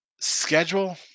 schedule